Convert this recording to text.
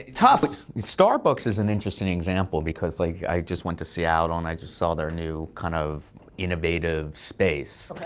tough. starbucks is an interesting example because like i just went to seattle and i just saw their new kind of innovative space.